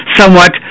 somewhat